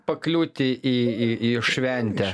pakliūti į į į šventę